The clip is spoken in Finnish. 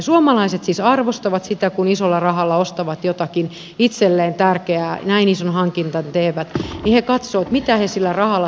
suomalaiset siis arvostavat sitä kun isolla rahalla ostavat jotakin itselleen tärkeää näin ison hankinnan tekevät he katsovat mitä he sillä rahalla saavat